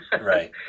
right